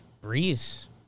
breeze